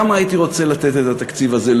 כמה הייתי רוצה לתת את התקציב הזה,